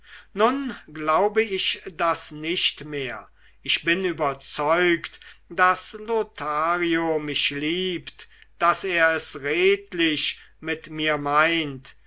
nun glaube ich das nicht mehr ich bin überzeugt daß lothario mich liebt daß er es redlich mit mir meint